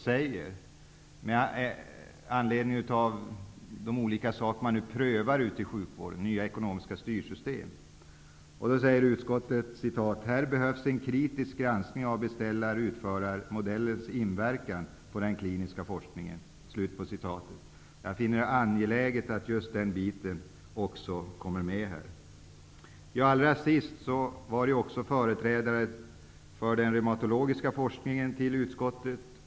Jag vill citera något som utskottet skriver med anledning av de nya ekonomiska styrsystem som prövas i sjukvården: ''Här behövs en kritisk granskning av beställare--utföraremodellens inverkan på den kliniska forskningen.'' Jag finner det angeläget att också just den biten kommer med här. Även företrädare för den reumatologiska forskningen har uppvaktat utskottet.